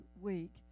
week